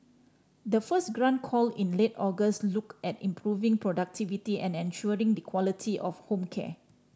the first grant call in late August looked at improving productivity and ensuring the quality of home care